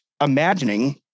imagining